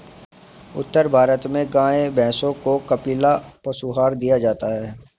उत्तर भारत में गाय और भैंसों को कपिला पशु आहार दिया जाता है